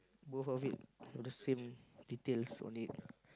both of it have the same details on it